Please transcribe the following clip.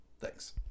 Thanks